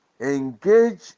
Engage